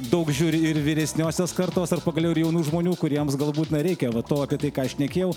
daug žiūri ir vyresniosios kartos ar pagaliau ir jaunų žmonių kuriems galbūt na reikia va tokio tai ką šnekėjau